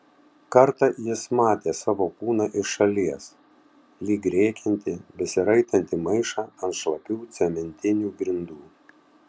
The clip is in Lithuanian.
kartą jis matė savo kūną iš šalies lyg rėkiantį besiraitantį maišą ant šlapių cementinių grindų